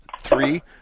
three